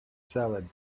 salad